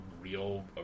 real